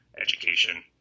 education